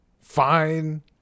Fine